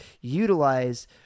utilize